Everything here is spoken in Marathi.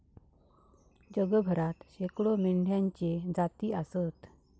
जगभरात शेकडो मेंढ्यांच्ये जाती आसत